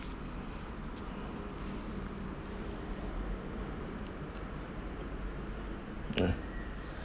mm